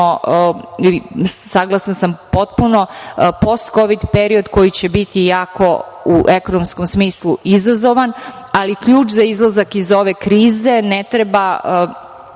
saglasna sam potpuno, postkovid period koji će biti jako u ekonomskom smislu izazovan, ali ključ za izlazak iz ove krize, ne treba